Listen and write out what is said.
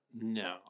No